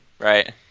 Right